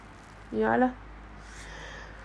ya lah